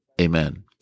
Amen